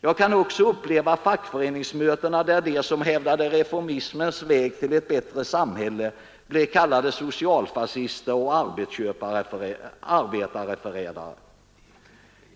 Jag kan också uppleva fackföreningsmötena, där de som hävdade reformismens väg till ett bättre samhälle blev kallade socialfascister och arbetarförrädare.